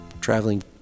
Traveling